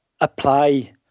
apply